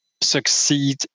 succeed